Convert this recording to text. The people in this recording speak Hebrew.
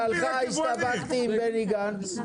בגללך הסתבכתי עם בני גנץ,